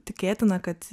tikėtina kad